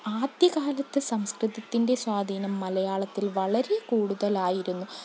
ആദ്യകാലത്ത് സംസ്കൃതത്തിൻ്റെ സ്വാധീനം മലയാളത്തിൽ വളരെ കൂടുതലായിരുന്നു